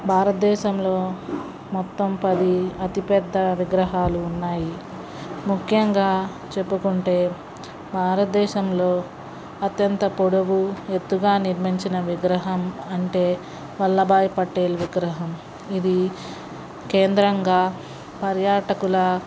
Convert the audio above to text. భారతదేశంలో మొత్తం పది అతిపెద్ద విగ్రహాలు ఉన్నాయి ముఖ్యంగా చెప్పుకుంటే భారతదేశంలో అత్యంత పొడుగు ఎత్తుగా నిర్మించిన విగ్రహం అంటే వల్లభ్భాయ్ పటేల్ విగ్రహం ఇది కేంద్రంగా పర్యాటకులు